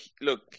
look